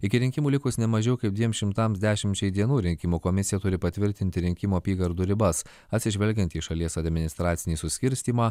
iki rinkimų likus nemažiau kaip dviem šimtams dešimčiai dienų rinkimų komisija turi patvirtinti rinkimų apygardų ribas atsižvelgiant į šalies administracinį suskirstymą